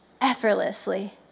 effortlessly